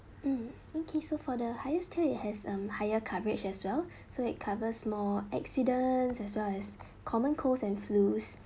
mm okay so for the highest tier it has um higher coverage as well so it covers more accidents as well as common colds and flus